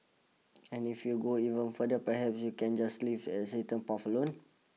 and if you go even further perhaps you can just leave existing paths alone